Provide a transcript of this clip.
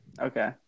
Okay